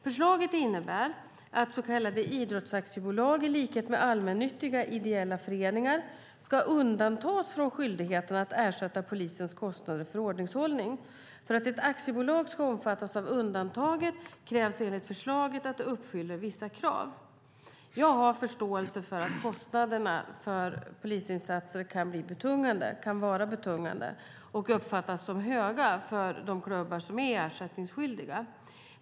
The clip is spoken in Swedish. Förslaget innebär att så kallade idrottsaktiebolag, i likhet med allmännyttiga ideella föreningar, ska undantas från skyldigheten att ersätta polisens kostnader för ordningshållning. För att ett aktiebolag ska omfattas av undantaget krävs enligt förslaget att det uppfyller vissa krav. Jag har förståelse för att kostnaderna för polisinsatser kan vara betungande och uppfattas som höga för de klubbar som är ersättningsskyldiga.